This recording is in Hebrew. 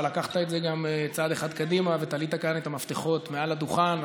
אבל לקחת את זה צעד אחד קדימה ותלית כאן את המפתחות מעל הדוכן,